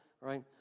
right